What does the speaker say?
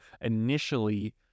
initially